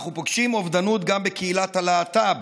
אנחנו פוגשים אובדנות גם בקהילת הלהט"ב,